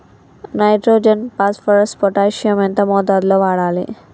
Nitrogen phosphorus potassium ఎంత మోతాదు లో వాడాలి?